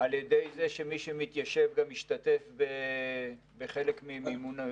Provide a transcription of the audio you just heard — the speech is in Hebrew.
על ידי זה שמתיישב גם משתתף בחלק ממימון המיגון?